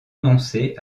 renoncé